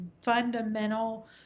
fundamental